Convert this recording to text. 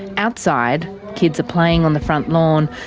outside, kids are playing on the front lawn,